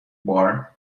bar